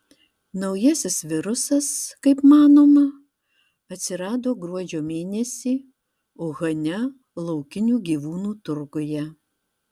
naujasis virusas kaip manoma atsirado gruodžio mėnesį uhane laukinių gyvūnų turguje